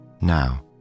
Now